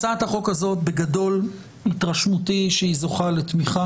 התרשמותי היא שהצעת החוק הזאת זוכה לתמיכה.